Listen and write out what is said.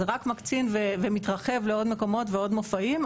זה רק מקצין ו מתרחב לעוד מקומות ועוד מופעים,